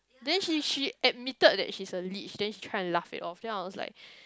then she she admitted that she is a leech then try to laugh it off then I was like